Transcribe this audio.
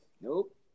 Nope